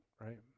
right